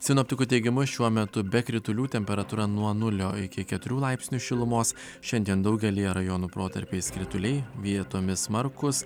sinoptikų teigimu šiuo metu be kritulių temperatūra nuo nulio iki keturių laipsnių šilumos šiandien daugelyje rajonų protarpiais krituliai vietomis smarkūs